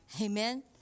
Amen